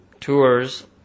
tours